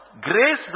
grace